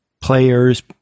players